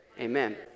Amen